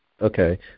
Okay